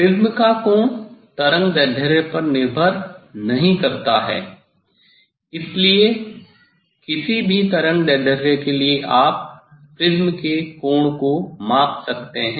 prism का कोण तरंगदैर्ध्य पर निर्भर नहीं करता है इसलिए किसी भी तरंगदैर्ध्य के लिए आप प्रिज्म के कोण को माप सकते हैं